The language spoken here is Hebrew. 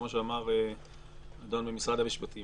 כמו שאמר האדון ממשרד המשפטים,